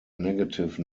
negative